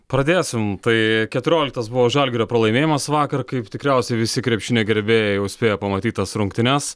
pradėsim tai keturioliktas buvo žalgirio pralaimėjimas vakar kaip tikriausiai visi krepšinio gerbėjai jau spėjo pamatyt tas rungtynes